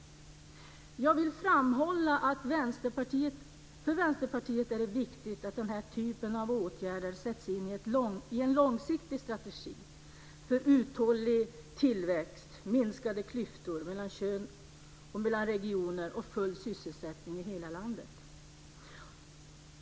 Jag vill framhålla att det är viktigt för Vänsterpartiet att den här typen av åtgärder sätts in i en långsiktig strategi för uthållig tillväxt, minskade klyftor mellan kön och mellan regioner samt full sysselsättning i hela landet.